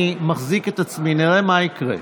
אני מחזיק את עצמי, נראה מה יקרה.